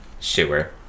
Sure